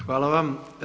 Hvala vam.